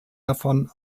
davon